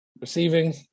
receiving